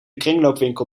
kringloopwinkel